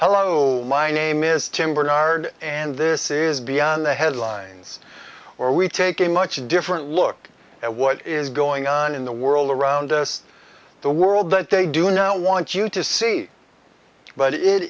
hello my name is tim barnard and this is beyond the headlines or we take a much different look at what is going on in the world around us the world that they do not want you to see but it